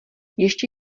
ještě